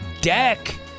deck